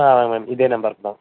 ஆ ஆமாம் மேம் இதே நம்பருக்கு தான்